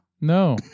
No